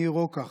ניר רוקח,